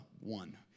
one